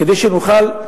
כדי שנוכל,